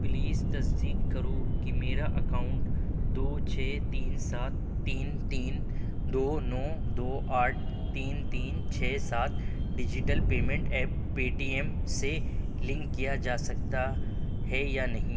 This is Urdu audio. پلیز تصدیق کرو کہ میرا اکاؤنٹ دو چھ تین سات تین تین دو نو دو آٹھ تین تین چھ سات digital payment app Paytm سے لنک کیا جا سکتا ہے یا نہیں